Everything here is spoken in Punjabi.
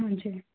ਹਾਂਜੀ